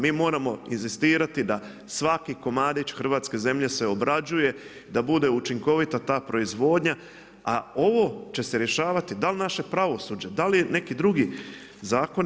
Mi moramo inzistirati da svaki komadić hrvatske zemlje se obrađuje, da bude učinkovita ta proizvodnja a ovo će se rješavati da li naše pravosuđe, da li neki drugi zakoni.